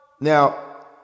Now